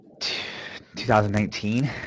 2019